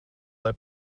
lai